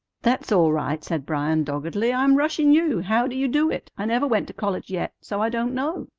that's all right, said bryan doggedly. i'm rushin' you. how do you do it? i never went to college yet so i don't know.